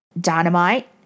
Dynamite